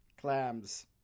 clams